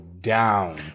down